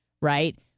right